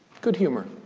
good humor.